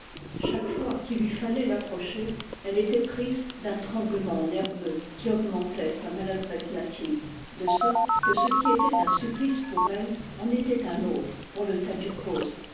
chaque fois qu'il lui fallait l'approcher elle était prise d'un tremblement nerveux qui augmentait sa maladresse native de sorte que ce qui était un supplice pour elle en était un autre pour le tadiou coz